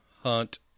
hunt